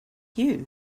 you